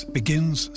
begins